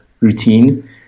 routine